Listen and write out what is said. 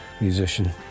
musician